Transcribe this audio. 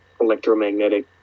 electromagnetic